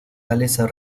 galesa